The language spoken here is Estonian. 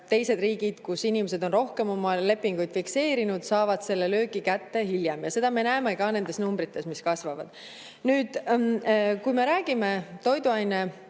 Teised riigid, kus inimesed on rohkem oma lepinguid fikseerinud, saavad selle löögi kätte hiljem. Seda me näeme ka nendes numbrites, mis kasvavad. Nüüd, kui me räägime toiduainetööstusest